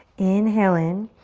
inhale in.